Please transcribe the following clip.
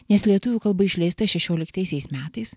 nes lietuvių kalba išleista šešioliktaisiais metais